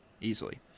easily